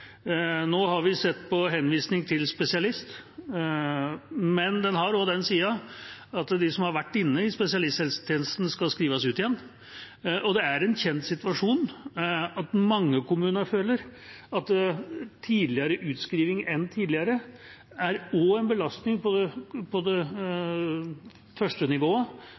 Nå har vi sett på henvisning til spesialist. Men det er også en side at de som har vært inne i spesialisthelsetjenesten, skal skrives ut igjen, og det er en kjent situasjon at mange kommuner føler at utskriving tidligere enn før også er en belastning på det første nivået,